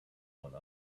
one